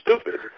stupid